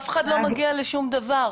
אף אחד לא מגיע לשום דבר.